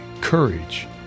courage